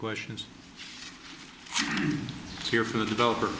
question here for the developer